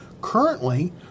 Currently